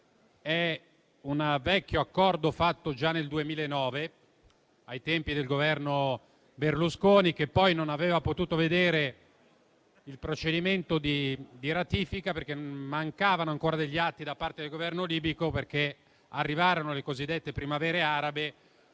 un vecchio accordo, fatto già nel 2009, ai tempi del Governo Berlusconi, che poi non aveva potuto vedere il procedimento di ratifica, per la mancanza di atti da parte del Governo libico, perché arrivarono le cosiddette primavere arabe,